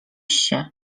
się